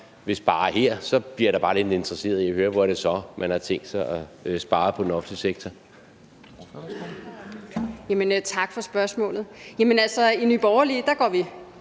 vil spare her, bliver jeg lidt interesseret i at høre, hvor det så er, man har tænkt sig at spare på den offentlige sektor.